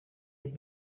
had